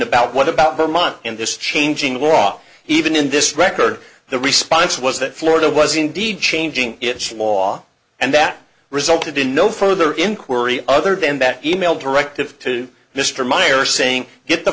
about what about vermont and this changing law even in this record the response was that florida was indeed changing its law and that resulted in no further inquiry other than that e mail directive to mr meyer saying get the